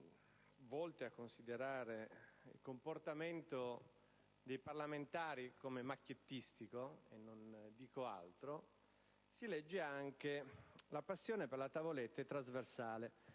volte a considerare il comportamento dei parlamentari come macchiettistico - e non dico altro - si legge anche: «La passione per la tavoletta è trasversale: